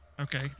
okay